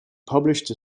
published